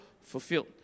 fulfilled